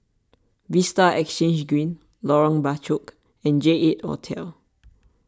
Vista Exhange Green Lorong Bachok and J eight Hotel